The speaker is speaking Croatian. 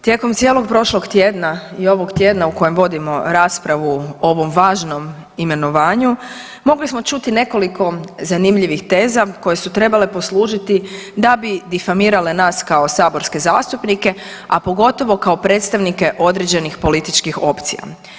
Tijekom cijelog prošlog tjedna i ovog tjedna u kojem vodimo raspravu o ovom važnom imenovanju, mogli smo čuti nekoliko zanimljivih teza koje su trebale poslužiti da bi difamirale nas kao saborske zastupnike a pogotovo kao predstavnike određenih političkih opcija.